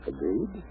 Agreed